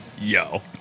Yo